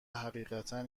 حقیقتا